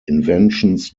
inventions